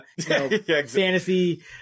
fantasy